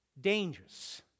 dangerous